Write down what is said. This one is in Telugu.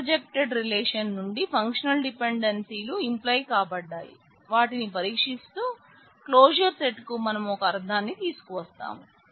ప్రతి ప్రొజెక్టెడ్ రిలేషన్ నుండి ఫంక్షనల్ డిపెండెన్సీలు ఇంప్లై కాబడ్డాయి వాటిని పరీక్షిస్తూ క్లోజర్ సెట్ కు మనం ఒక అర్థాన్ని తీసుకువస్తాం